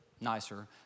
nicer